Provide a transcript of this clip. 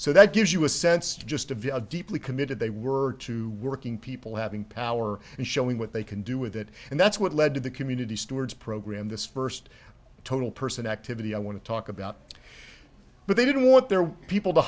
so that gives you a sense just of a deeply committed they were to working people having power and showing what they can do with it and that's what led to the community stewards program this first total person activity i want to talk about but they didn't want their people to